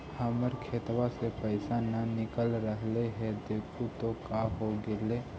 हमर खतवा से पैसा न निकल रहले हे देखु तो का होगेले?